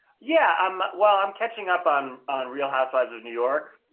yeah, i'm well, i'm catching up on on real housewives of new york.